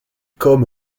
comme